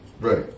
Right